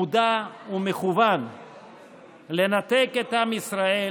מודע ומכוון לנתק את עם ישראל